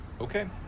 Okay